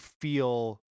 feel